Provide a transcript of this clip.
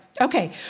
Okay